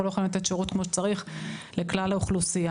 לא יכולים לתת שירות כמו שצריך לכלל האוכלוסייה.